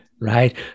Right